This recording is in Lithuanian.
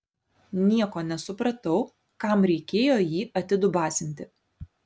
nieko nesupratau kam reikėjo jį atidubasinti